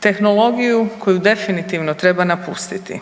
tehnologiju koju definitivno treba napustiti.